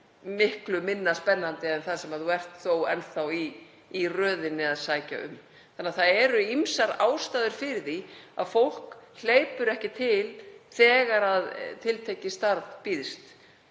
miklu minna spennandi en það sem þú ert þó enn þá í röðinni að sækja um. Þannig að það eru ýmsar ástæður fyrir því að fólk hleypur ekki til þegar tiltekið starf býðst,